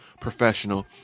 professional